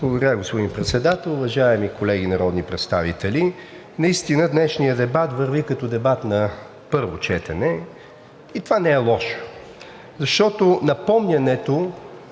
Благодаря, господин Председател. Уважаеми колеги народни представители, наистина днешният дебат върви като дебат на първо четене и това не е лошо, защото напомнянето